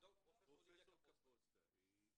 פרופ' קפוסטה היא יו"ר האיגוד.